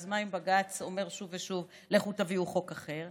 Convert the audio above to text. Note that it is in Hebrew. אז מה אם בג"ץ אומר שוב ושוב: לכו תביאו חוק אחר,